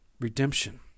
redemption